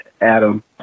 Adam